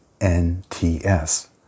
N-T-S